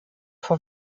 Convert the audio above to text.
vor